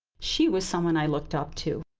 she was someone i looked up to.